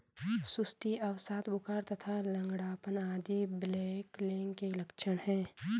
सुस्ती, अवसाद, बुखार तथा लंगड़ापन आदि ब्लैकलेग के लक्षण हैं